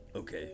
Okay